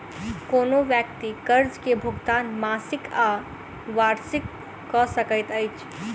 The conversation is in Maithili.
कोनो व्यक्ति कर्ज के भुगतान मासिक या वार्षिक कअ सकैत अछि